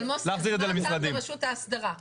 אבל מוסי, מה הטעם ברשות ההסדרה?